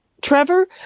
trevor